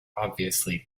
obviously